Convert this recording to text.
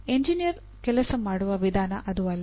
engineer ಕೆಲಸ ಮಾಡುವ ವಿಧಾನ ಅದು ಅಲ್ಲ